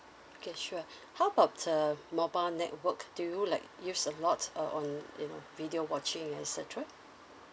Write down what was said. okay sure how about the mobile network do you like use a lots uh on you know video watching et cetera